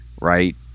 right